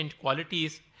qualities